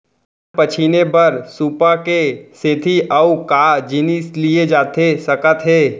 धान पछिने बर सुपा के सेती अऊ का जिनिस लिए जाथे सकत हे?